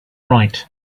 right